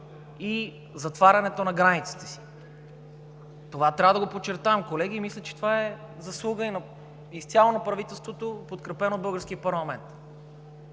и затварянето на границите си. Това трябва да го подчертаем, колеги. Мисля, че това е заслуга изцяло на правителството, подкрепено от българския парламент.